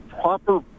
proper